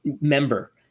member